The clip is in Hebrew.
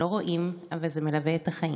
לא רואים, אבל זה מלווה את החיים.